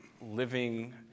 living